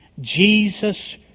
Jesus